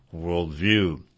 worldview